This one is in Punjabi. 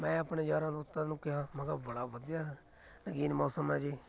ਮੈਂ ਆਪਣੇ ਯਾਰਾਂ ਦੋਸਤਾਂ ਨੂੰ ਕਿਹਾ ਮੈਂ ਕਿਹਾ ਬੜਾ ਵਧੀਆ ਰੰਗੀਨ ਮੌਸਮ ਹੈ ਜੀ